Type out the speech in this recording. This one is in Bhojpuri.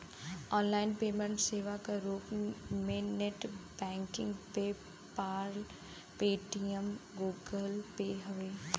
ऑनलाइन पेमेंट सेवा क रूप में net banking PayPal, Paytm, Google pay हउवे